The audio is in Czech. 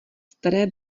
staré